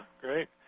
great